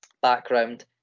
background